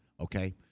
Okay